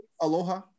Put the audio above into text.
Aloha